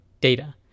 data